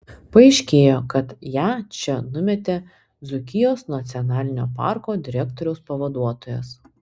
paaiškėjo kad ją čia numetė dzūkijos nacionalinio parko direktoriaus pavaduotojas